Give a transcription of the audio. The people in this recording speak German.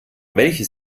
welche